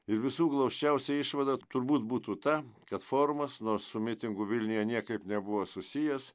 ir visų glausčiausia išvada turbūt būtų ta kad formas nors su mitingu vilniuje niekaip nebuvo susijęs